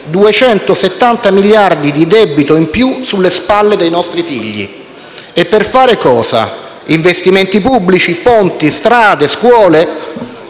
270 miliardi di euro di debito in più sulle spalle dei nostri figli). E per fare cosa? Investimenti pubblici, ponti, strade e scuole?